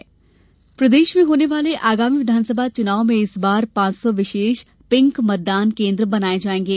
pink मतदान केन्द्र ं प्रदेश में होने वाले आगामी विधानसभा चुनाव में इस बार पांच सौ विशेष पिंक मतदान केन्द्र बनाये जायेंगे